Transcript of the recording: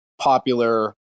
popular